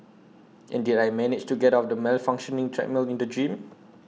and did I manage to get off the malfunctioning treadmill in the gym